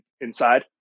inside